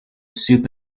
soup